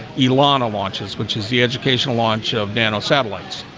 elana launches which is the educational launch of dano satellites?